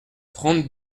trente